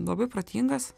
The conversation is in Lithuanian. labai protingas